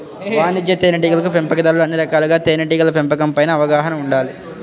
వాణిజ్య తేనెటీగల పెంపకందారులకు అన్ని రకాలుగా తేనెటీగల పెంపకం పైన అవగాహన ఉండాలి